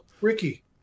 Ricky